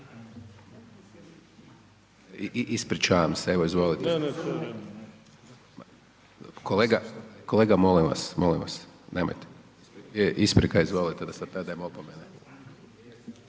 Ispričavam se, evo izvolite. Kolega, molim vas, nemojte. Isprika, izvolite da sad ne dajem opomene.